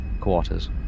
quarters